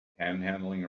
panhandling